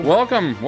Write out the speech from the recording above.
Welcome